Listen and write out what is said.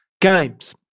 games